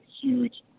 huge